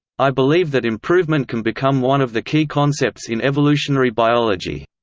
i believe that improvement can become one of the key concepts in evolutionary biology.